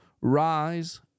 rise